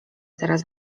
teraz